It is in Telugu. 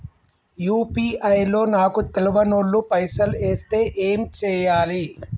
యూ.పీ.ఐ లో నాకు తెల్వనోళ్లు పైసల్ ఎస్తే ఏం చేయాలి?